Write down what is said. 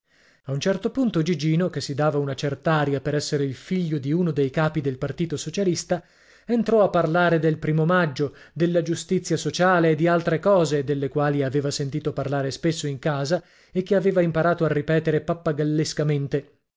a un certo punto gigino che si dava una cert'aria per essere il figlio di uno dei capi del partito socialista entrò a parlare del primo maggio della giustizia sociale e di altre cose delle quali aveva sentito parlare spesso in casa e che aveva imparato a ripetere